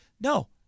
No